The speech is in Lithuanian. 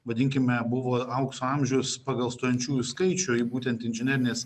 vadinkime buvo aukso amžius pagal stojančiųjų skaičių į būtent inžinerinės